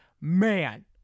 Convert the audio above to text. man